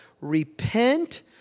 Repent